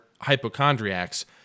hypochondriacs